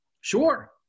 Sure